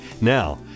Now